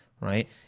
right